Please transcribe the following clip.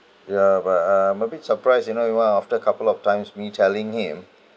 ya but I'm a bit surprised you know we want after a couple of times me telling him